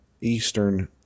eastern